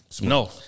No